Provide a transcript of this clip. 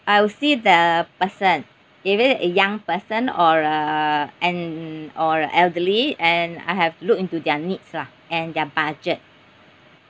I will see the person if it's a young person or a and or elderly and I have looked into their needs lah and their budget